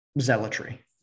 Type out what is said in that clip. zealotry